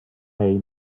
new